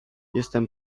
jestem